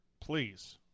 please